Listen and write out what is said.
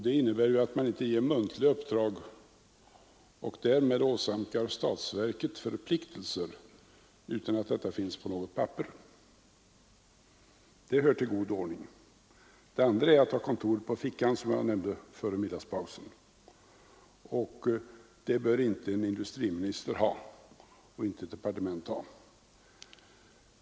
Det innebär att man inte ger muntliga uppdrag och därmed åsamkar statsverket förpliktelser utan att detta finns i något papper. Det hör till god ordning. Det andra är att ha kontoret på fickan, något som jag talade om före middagspausen. Det bör inte en industriminister eller ett departement ha!